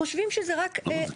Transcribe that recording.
למה?